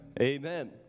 Amen